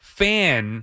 fan